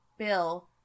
Bill